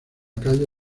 calle